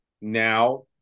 now